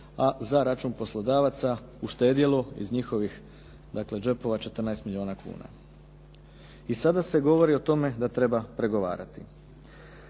a za račun poslodavaca uštedjelo iz njihovih džepova 14 milijuna kuna. I sada se govori o tome da treba pregovarati.